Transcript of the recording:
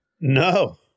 No